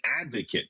advocate